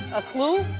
a clue?